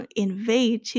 invade